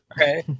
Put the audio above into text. Okay